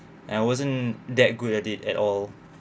and I wasn't that good at it at all